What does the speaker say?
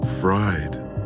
fried